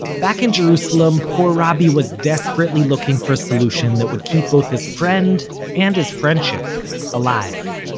back in jerusalem, poor robby was desperately looking for a solution that would keep both his friend and his friendship alive.